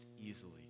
easily